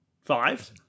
five